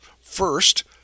First